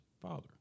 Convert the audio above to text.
father